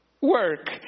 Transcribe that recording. work